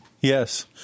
Yes